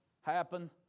happen